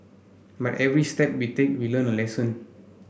but every step we take we learn a lesson